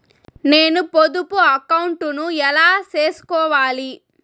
నేను పొదుపు అకౌంటు ను ఎలా సేసుకోవాలి?